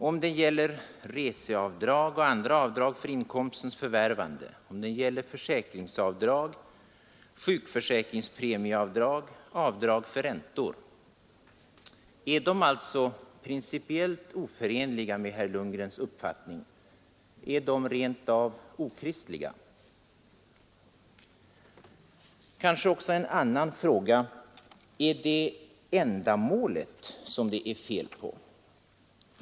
Om den gäller resekostnadsavdrag och andra avdrag för inkomstens förvärvande, försäkringsavdrag, sjukförsäkringspremieavdrag eller avdrag för räntor? Är alla dessa avdrag principiellt oförenliga med herr Lundgrens uppfattning? Är de rent av okristliga? Eller är det fel på ändamålet?